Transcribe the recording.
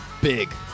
Big